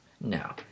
No